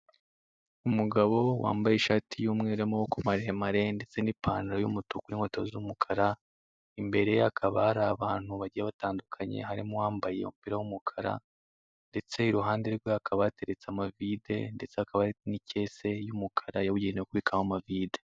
Umagabo wamabye ishati y'amaboko ndetse n'ipantaro y'umutuku n'ikweto z'umukara, imbere ye hakaba hari abantu bagiye batandukanye, harimo umbaye umupira w'umukara, ndetse iruhanderwe hakaba hateretse amavide ndetse hakaba hari n'ikese y'umukara yabugenewe kubikamo amavide.